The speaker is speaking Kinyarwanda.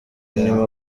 nyuma